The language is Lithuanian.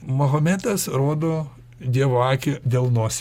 mahometas rodo dievo akį delnuos